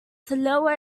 slower